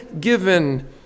given